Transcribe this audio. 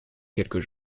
quelques